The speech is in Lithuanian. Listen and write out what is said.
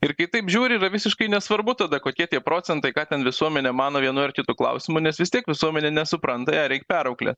ir kai taip žiūri yra visiškai nesvarbu tada kokie tie procentai ką ten visuomenė mano vienu ar kitu klausimu nes vis tiek visuomenė nesupranta ją reikia perauklėt